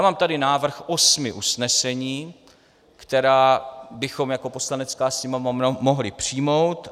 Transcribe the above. Mám tady návrh osmi usnesení, která bychom jako Poslanecká sněmovna mohli přijmout.